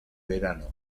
verano